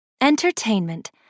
Entertainment